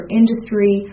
industry